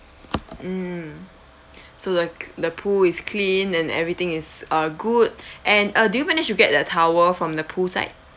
mm so the the pool is clean and everything is are good and uh do you managed to get the towel from the pool side